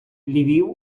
львів